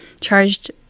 charged